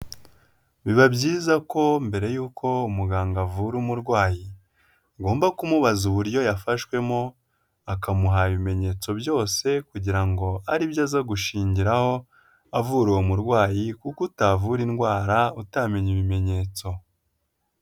Biba byiza ko mbere y'uko umuganga avura umurwayi agomba kumubaza uburyo yafashwemo akamuha ibimenyetso byose kugira ngo aribyo aza gushingiraho avura uwo murwayi kuko utavura indwara utamenye ibimenyetso.